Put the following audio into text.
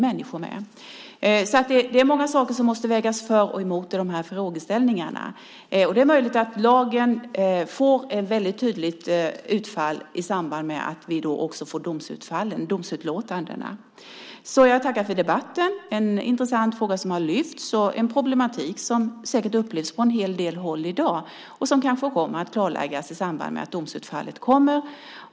Det är alltså många saker som måste vägas för och emot i dessa frågeställningar. Det är också möjligt att lagen får ett väldigt tydligt utfall i samband med att vi får domstolsutlåtandena. Jag tackar för debatten. Det är en intressant fråga som har lyfts upp. Detta är en problematik som säkert upplevs på en hel del håll i dag och som kanske kommer att klarläggas i samband med att domstolsutslagen kommer.